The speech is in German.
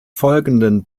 folgenden